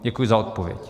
Děkuji za odpověď.